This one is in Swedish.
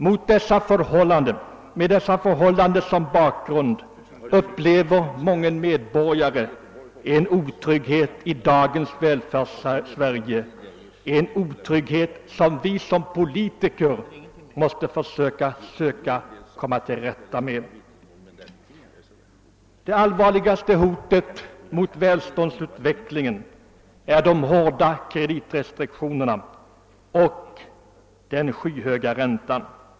Med dessa förhållanden som bakgrund upplever mången medborgare en otrygghet i dagens Välfärdssverige, en otrygghet som vi politiker måste försöka komma till rätta med. Det allvarligaste hotet mot välståndsutvecklingen är de hårda kreditrestriktionerna och den skyhöga räntan.